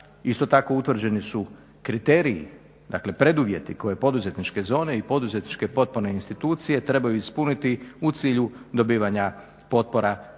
Isto tako utvrđeni su kriteriji dakle preduvjeti koje poduzetničke zone i poduzetničke potporne institucije trebaju ispuniti u cilju dobivanja potpora